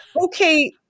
okay